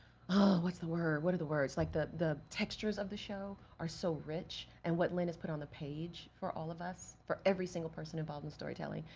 what's the word, what are the words, like the the textures of the show, are so rich. and what lynn has put on the page, for all of us, for every single person involved in the storytelling,